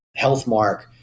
Healthmark